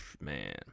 man